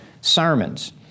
sermons